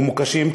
שהם מְמוּקשים,